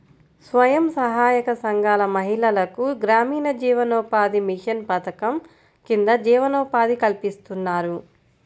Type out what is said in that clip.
స్వయం సహాయక సంఘాల మహిళలకు గ్రామీణ జీవనోపాధి మిషన్ పథకం కింద జీవనోపాధి కల్పిస్తున్నారు